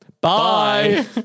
Bye